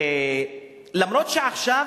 אף שעכשיו,